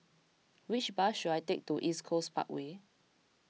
which bus should I take to East Coast Parkway